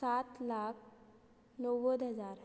सात लाख णव्वद हजार